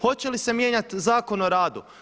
Hoće li se mijenjati Zakon o radu?